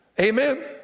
amen